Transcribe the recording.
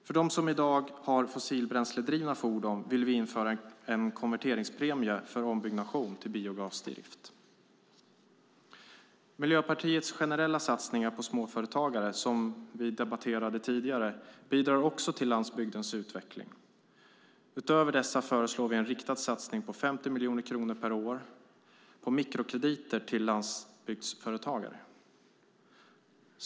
För dem som i dag har fossilbränsledrivna fordon vill vi införa en konverteringspremie för ombyggnation till biogasdrift. Miljöpartiets generella satsningar på småföretagare, som vi debatterade tidigare, bidrar också till landsbygdens utveckling. Utöver dessa föreslår vi en riktad satsning på 50 miljoner kronor per år på mikrokrediter till landsbygdsföretagare.